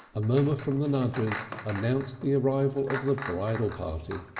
a murmur from the nudgers announced the arrival of the bridal party.